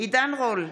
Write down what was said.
עידן רול,